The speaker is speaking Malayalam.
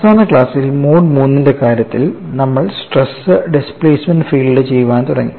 അവസാന ക്ലാസ്സിൽ മോഡ് III ന്റെ കാര്യത്തിൽ നമ്മൾ സ്ട്രെസ് ഡിസ്പ്ലേസ്മെന്റ് ഫീൽഡ് ചെയ്യാൻ തുടങ്ങി